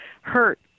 hurt